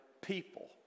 people